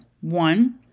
One